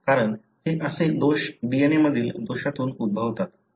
कारण हे असे दोष DNA मधील दोषातून उद्भवतात